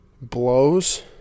blows